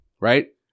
right